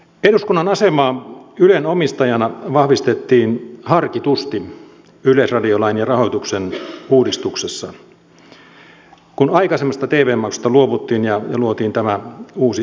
eduskunnan asemaa ylen omistajana vahvistettiin harkitusti yleisradiolain ja rahoituksen uudistuksessa kun aikaisemmasta tv maksusta luovuttiin ja luotiin tämä uusi yle vero